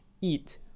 eat